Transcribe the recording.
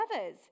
others